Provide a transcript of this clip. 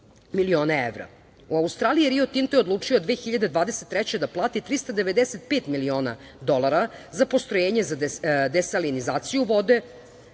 miliona evra. U Australiji Rio Tinto je odlučio 2023. godine da plati 395 miliona dolara za postrojenje za desalinizaciju vode